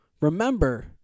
remember